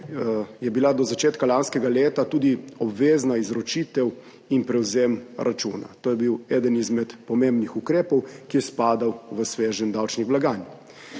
sta bila do začetka lanskega leta tudi obvezna izročitev in prevzem računa, to je bil eden izmed pomembnih ukrepov, ki je spadal v sveženj davčnih blagajn.